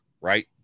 right